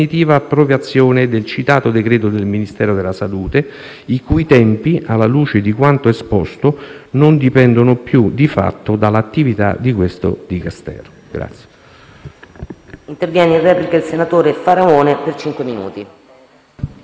approvazione del citato decreto del Ministero della salute, i cui tempi, alla luce di quanto esposto, non dipendono più di fatto dall'attività di questo Dicastero.